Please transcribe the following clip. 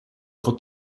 fått